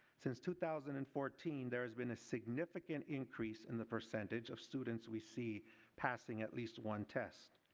since two thousand and fourteen, there has been a significant increase in the percentage of students we see passing at least one test.